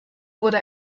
wurde